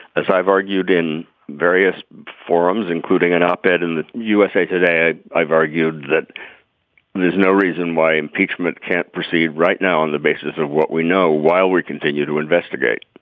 as i've argued in various forums including an op ed in usa today ah i've argued that there's no reason why impeachment can't proceed right now on the basis of what we know while we continue to investigate.